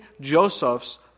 Joseph's